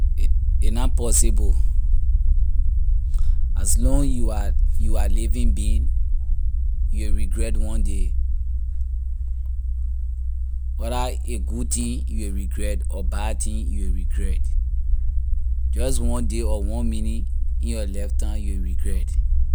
It a na possible as long you are you are living being you will regret one day whether a good thing you will regret or bad thing you will regret just one day or one minute in your lifetime you will regret.